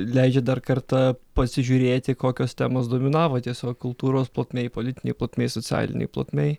leidžia dar kartą pasižiūrėti kokios temos dominavo tiesiog kultūros plotmėj politinėj plotmėj socialinėj plotmėj